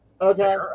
Okay